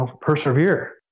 persevere